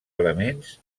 elements